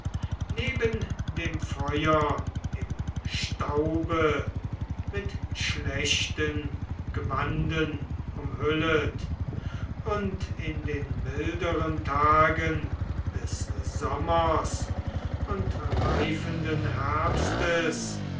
neben dem feuer im staube mit schlechten gewanden umhüllet und in den milderen tagen des sommers und reifenden herbstes